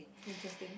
interesting